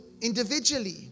individually